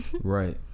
right